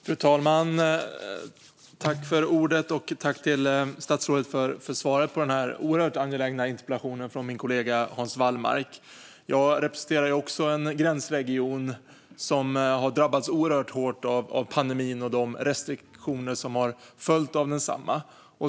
Fru talman! Tack till statsrådet för svaret på den här oerhört angelägna interpellationen från min kollega Hans Wallmark! Jag representerar också en gränsregion som har drabbats oerhört hårt av pandemin och de restriktioner som har följt av densamma.